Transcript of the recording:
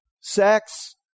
sex